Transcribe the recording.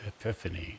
epiphany